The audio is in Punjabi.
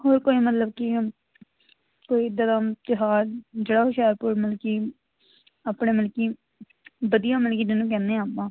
ਹੋਰ ਕੋਈ ਮਤਲਬ ਕਿ ਕੋਈ ਤਿਉਹਾਰ ਜਿਹੜਾ ਹੁਸ਼ਿਆਰਪੁਰ ਮਤਲਬ ਕਿ ਆਪਣੇ ਮਲ ਕਿ ਵਧੀਆ ਮਲ ਕਿ ਜਿਹਨੂੰ ਕਹਿੰਦੇ ਆਪਾਂ